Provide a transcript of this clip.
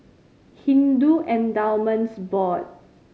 Hindu Endowments Board